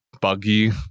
buggy